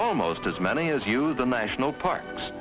almost as many as use the national parks